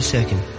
second